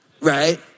Right